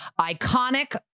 iconic